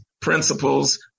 Principles